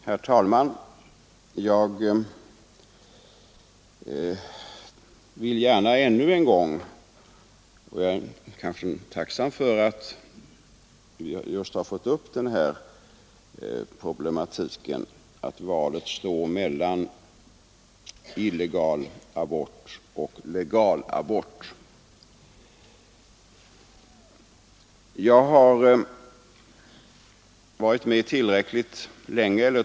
Herr talman! Jag är glad över att problematiken kring valet mellan illegal abort och legal abort kommit upp, och jag vill gärna ännu en gång beröra den.